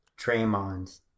Draymond